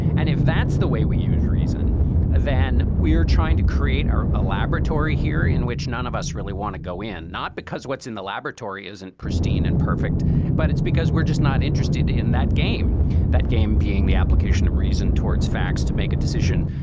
and if that's the way we use reason then we're trying to create a ah laboratory here in which none of us really want to go in not because what's in the laboratory isn't pristine and perfect but it's because we're just not interested in that game that game being the application of reason towards facts to make a decision.